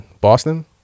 Boston